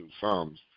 Psalms